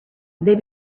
they